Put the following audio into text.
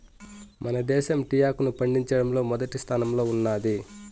మన దేశం టీ ఆకును పండించడంలో మొదటి స్థానంలో ఉన్నాది